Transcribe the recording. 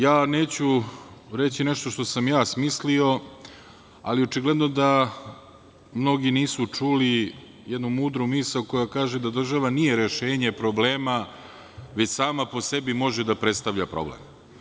Ja neću reći nešto što sam ja smislio, ali očigledno da mnogi nisu čuli jednu mudru misao, koja kaže da država nije rešenje problema, već sama po sebi može da predstavlja problem.